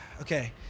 okay